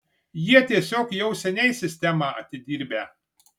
jie tiesiog jau seniai sistemą atidirbę